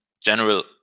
general